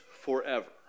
forever